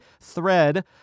thread